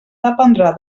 dependrà